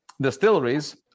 distilleries